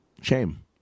Shame